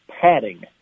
padding